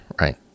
right